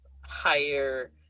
higher